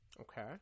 Okay